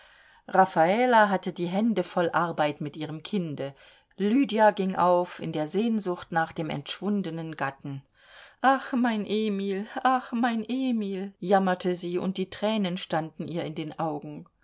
raffala hatte die hände voll arbeit mit ihrem kinde lydia ging auf in der sehnsucht nach dem entschwundenen gatten ach mein emil ach mein emil jammerte sie und die tränen standen ihr in den augen